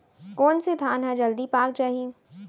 कोन से धान ह जलदी पाक जाही?